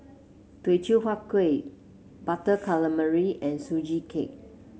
Teochew Huat Kueh Butter Calamari and Sugee Cake